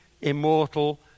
immortal